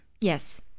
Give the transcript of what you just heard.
Yes